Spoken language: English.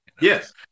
Yes